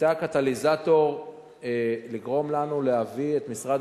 היתה קטליזטור לגרום לנו להביא את משרד